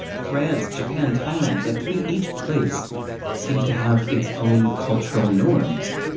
france, japan, thailand. like, to me, each place seems to have its own cultural norms,